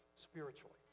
spiritually